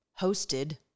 hosted